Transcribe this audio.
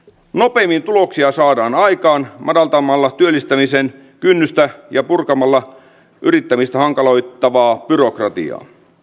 nopeimmin tuloksia saadaan aikaan madaltamalla työllistämisen kynnystä ja purkamalla yrittämistä hankaloittavaa byrokratiaa